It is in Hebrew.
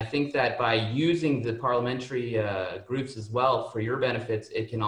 ישראל ואני חייב ללכת אחרי זה כי ממש